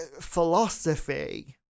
philosophy